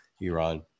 Iran